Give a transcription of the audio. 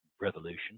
revolution